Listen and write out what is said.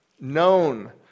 known